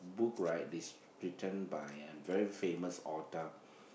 book right is written by a very famous author